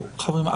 חברים,